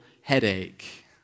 headache